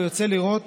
ויוצא לראות